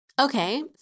Okay